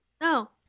No